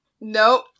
Nope